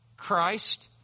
Christ